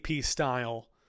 style